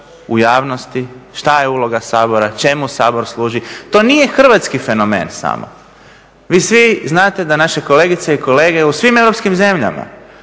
u javnosti, šta je uloga Sabora, čemu Sabor služi. To nije hrvatski fenomen samo. Vi svi znate da naše kolegice i kolege u svim europskim zemljama,